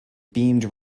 beamed